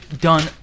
done